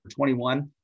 21